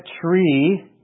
tree